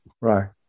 right